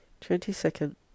Twenty-second